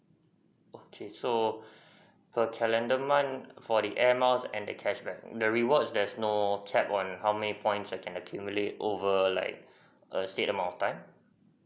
okay so per calendar month for the air miles and the cash back the rewards there's no cap one how many points I can accumulate over like a specific amount of time